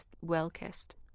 well-kissed